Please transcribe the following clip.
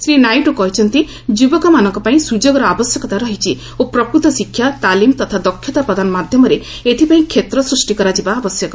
ଶ୍ରୀ ନାଇଡ଼ୁ କହିଛନ୍ତି' ଯୁବକମାନଙ୍କ ପାଇଁ ସ୍ରଯୋଗର ଆବଶ୍ୟକତା ରହିଛି ଓ ପ୍ରକୃତ ଶିକ୍ଷା ତାଲିମ ତଥା ଦକ୍ଷତା ପ୍ରଦାନ ମାଧ୍ୟମରେ ଏଥିପାଇଁ କ୍ଷେତ୍ର ସୃଷ୍ଟି କରାଯିବା ଆବଶ୍ୟକ